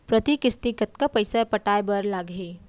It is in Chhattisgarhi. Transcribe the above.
प्रति किस्ती कतका पइसा पटाये बर लागही?